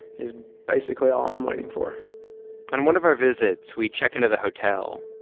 is basically all i'm waiting for on one of our visits, we check into the hotel,